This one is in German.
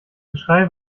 geschrei